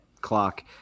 clock